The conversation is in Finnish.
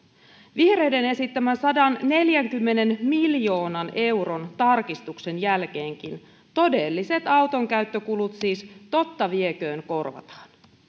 vihreiden esittämän sadanneljänkymmenen miljoonan euron tarkistuksen jälkeenkin todelliset autonkäyttökulut siis totta vieköön korvataan